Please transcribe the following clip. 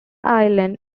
island